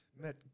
Met